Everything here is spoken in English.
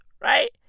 right